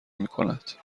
میکند